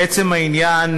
לעצם העניין,